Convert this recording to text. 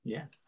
Yes